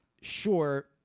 sure